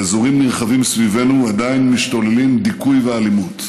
באזורים נרחבים סביבנו עדיין משתוללים דיכוי ואלימות.